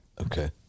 Okay